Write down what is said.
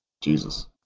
Jesus